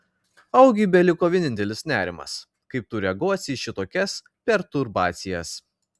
augiui beliko vienintelis nerimas kaip tu reaguosi į šitokias perturbacijas